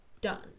done